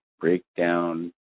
breakdown